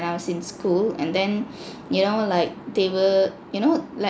when I was in school and then you know like they were you know like